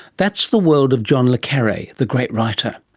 that's the world of john le carre, the great writer.